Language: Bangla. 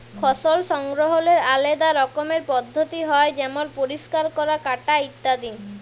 ফসল সংগ্রহলের আলেদা রকমের পদ্ধতি হ্যয় যেমল পরিষ্কার ক্যরা, কাটা ইত্যাদি